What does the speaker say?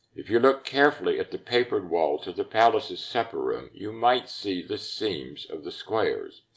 if you look carefully at the papered wall to the palace's supper room, you might see the seams of the squares.